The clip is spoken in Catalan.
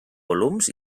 volums